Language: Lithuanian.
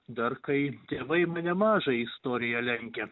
dar kai tėvai mane mažą į istoriją lenkė